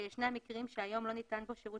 שיש מקרים שהיום לא ניתן בהם שירות